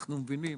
אנחנו כבר מבינים